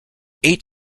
eight